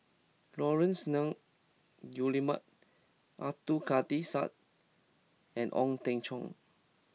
Laurence Nunns Guillemard Abdul Kadir Syed and Ong Teng Cheong